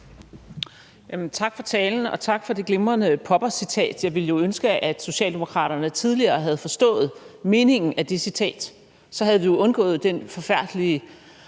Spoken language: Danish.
Tak for talen, og tak for det glimrende Poppercitat. Jeg ville jo ønske, at Socialdemokraterne tidligere havde forstået meningen af det citat, for så havde vi jo undgået den forfærdelige